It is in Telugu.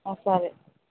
సరే